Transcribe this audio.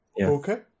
Okay